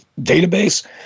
database